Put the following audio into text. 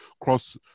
cross